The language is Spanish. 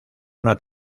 una